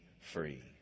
free